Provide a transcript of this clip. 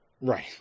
Right